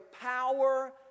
power